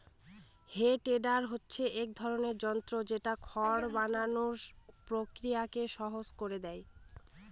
হে tedder হচ্ছে এক ধরনের যন্ত্র যেটা খড় বানানোর প্রক্রিয়াকে সহজ করে দেয়